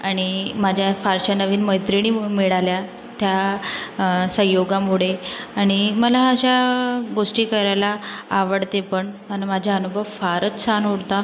आणि माझ्या फारशा नवीन मैत्रिणी मिळाल्या त्या संयोगामुळे आणि मला अशा गोष्टी करायला आवडते पण आणि माझ्या अनुभव फारच छान होता